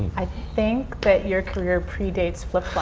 i think that your career predates flip